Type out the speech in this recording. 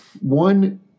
One